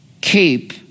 keep